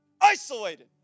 Isolated